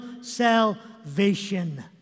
salvation